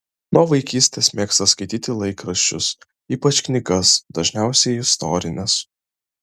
nuo vaikystės mėgsta skaityti laikraščius ypač knygas dažniausiai istorines